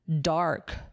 dark